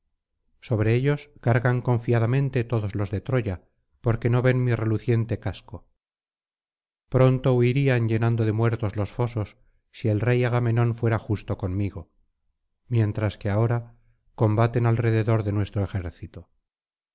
sobre ellos cargan confiadamente todos los de troya porque no ven mi reluciente casco pronto huirían llenando de muertos los fosos si el rey agamenón fuera justo conmigo mientras que ahora combaten alrededor de nuestro ejército